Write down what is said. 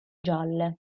gialle